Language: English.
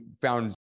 found